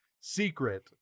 secret